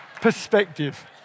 Perspective